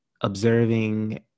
observing